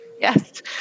Yes